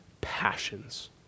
passions